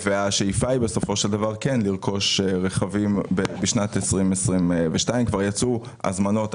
השאיפה היא בסופו של דבר כן לרכוש רכבים בשנת 2022. כבר יצאו הזמנות.